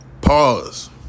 Pause